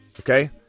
okay